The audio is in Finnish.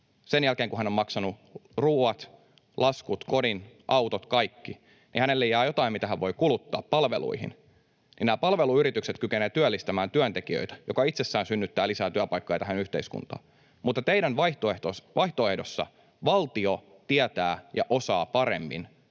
sen jälkeen, kun hän on maksanut ruoat, laskut, kodin, autot, kaikki, niin hänelle jää jotain, mitä hän voi kuluttaa palveluihin, ja nämä palveluyritykset kykenevät työllistämään työntekijöitä, mikä itsessään synnyttää lisää työpaikkoja tähän yhteiskuntaan. Mutta teidän vaihtoehdossanne valtio tietää ja osaa paremmin